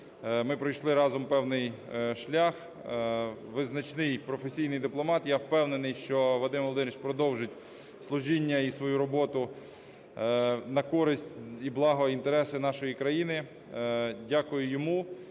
Ми пройшли разом певний шлях. Визначний професійний дипломат. Я впевнений, що Вадим Володимирович продовжить служіння і свою роботу на користь і благо, інтереси нашої країни. Дякую йому.